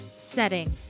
setting